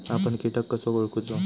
आपन कीटक कसो ओळखूचो?